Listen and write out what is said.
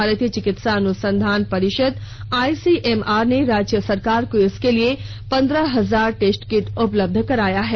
भारतीय चिकित्सा अनुसंधान परषिद आइसीएमआर ने राज्य सरकार को इसके लिए पंद्रह हजार टेस्ट किट उपलब्ध कराया है